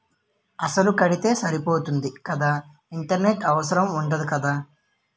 అసలు కడితే సరిపోతుంది కదా ఇంటరెస్ట్ అవసరం ఉండదు కదా?